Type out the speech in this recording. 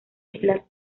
islas